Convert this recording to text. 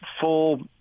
full